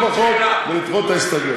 לתמוך בחוק ולדחות את ההסתייגויות.